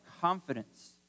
confidence